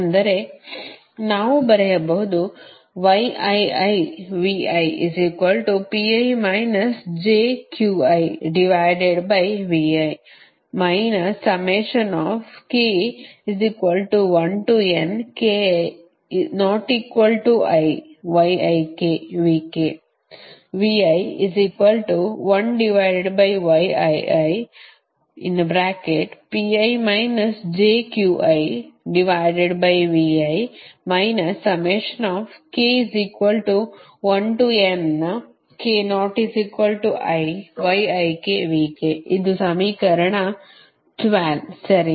ಅಂದರೆ ನಾವು ಬರೆಯಬಹುದು ಇದು ಸಮೀಕರಣ 12 ಸರಿನಾ